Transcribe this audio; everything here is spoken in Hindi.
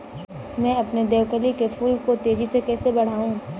मैं अपने देवकली के फूल को तेजी से कैसे बढाऊं?